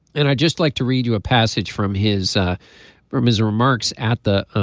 and i'd just like to read you a passage from his ah from his remarks at the